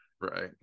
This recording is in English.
right